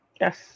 Yes